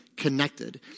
Connected